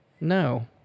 No